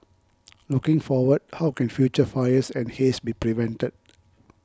looking forward how can future fires and haze be prevented